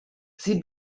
sie